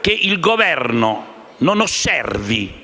Che il Governo non osservi